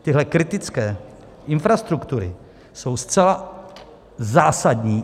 Tyhle kritické infrastruktury jsou zcela zásadní.